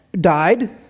died